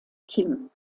kim